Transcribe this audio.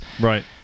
right